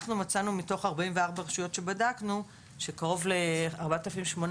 מתוך 44 הרשויות שבדקנו אנחנו מצאנו שקרוב ל-4,800